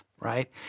right